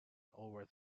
over